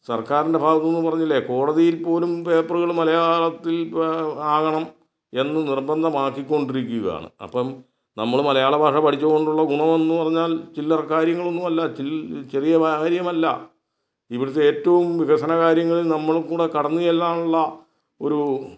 സർക്കാരിൻ്റെ ഭാഗത്തു നിന്ന് പറഞ്ഞില്ലേ കോടതിയിൽ പോലും പേപ്പറുകൾ മലയാളത്തിൽ ആകണം എന്ന് നിർബന്ധമാക്കി കൊണ്ടിരിക്കുകയാണ് അപ്പം നമ്മൾ മലയാള ഭാഷ പഠിച്ചതു കൊണ്ടുള്ള ഗുണമെന്ന് പറഞ്ഞാൽ ചില്ലറ കാര്യങ്ങളൊന്നും അല്ല ചെറിയ കാര്യം അല്ല ഇവിടുത്തെ ഏറ്റവും വികസന കാര്യങ്ങളിൽ നമ്മളിൽ കൂടി കടന്നു ചെല്ലാനുള്ള ഒരു